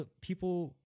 people